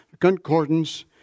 Concordance